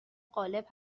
غالب